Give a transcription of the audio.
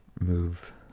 move